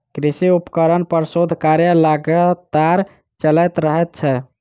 कृषि उपकरण पर शोध कार्य लगातार चलैत रहैत छै